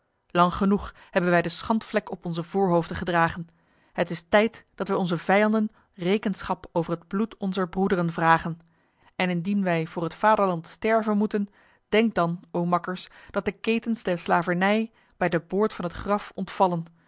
lang genoeg hebben wij de schandvlek op onze voorhoofden gedragen het is tijd dat wij onze vijanden rekenschap over het bloed onzer broederen vragen en indien wij voor het vaderland sterven moeten denkt dan o makkers dat de ketens der slavernij bij de boord van het graf ontvallen